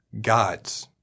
God's